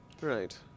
Right